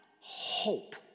hope